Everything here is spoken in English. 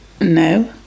No